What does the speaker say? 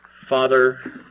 Father